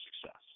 success